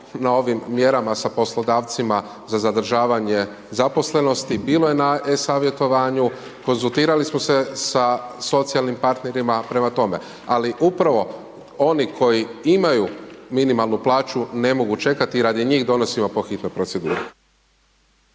na ovim mjerama sa poslodavcima za zadržavanje zaposlenosti, bilo je na e-savjetovanju, konzultirali smo se sa socijalnim partnerima. Prema tome, ali upravo oni koji imaju minimalnu plaću ne mogu čekati i radi njih donosimo po hitnoj proceduri.